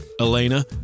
Elena